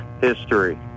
history